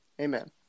Amen